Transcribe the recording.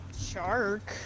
shark